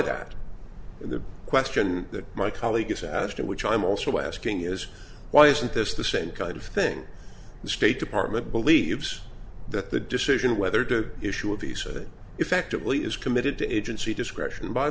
that the question that my colleague is asking which i'm also asking is why isn't this the same kind of thing the state department believes that the decision whether to issue a piece of it effectively is committed to agency discretion by